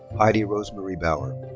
heidi rosemarie bauer.